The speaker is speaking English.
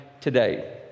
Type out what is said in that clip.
today